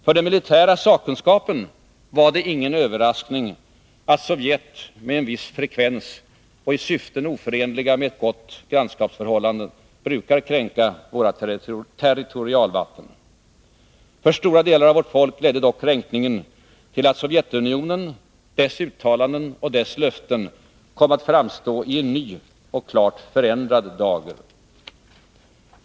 För den militära sakkunskapen var det ingen överraskning att Sovjet med viss frekvens och i syften oförenliga med ett gott grannskapsförhållande brukar kränka våra territorialvatten. För stora delar av vårt folk ledde dock kränkningen till att Sovjetunionen, dess uttalanden och dess löften, kom att framstå i en ny och klart förändrad dager.